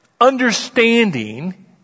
understanding